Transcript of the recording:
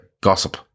gossip